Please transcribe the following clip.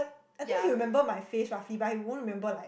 I think he'll remember my face roughly but he won't remember like